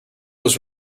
was